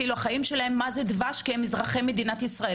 כאילו החיים שלהם דבש כי הם אזרחי מדינת ישראל.